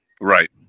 right